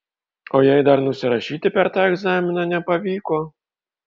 o jei dar nusirašyti per tą egzaminą nepavyko